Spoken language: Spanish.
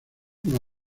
una